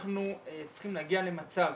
אנחנו צריכים להגיע למצב